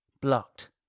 blocked